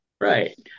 Right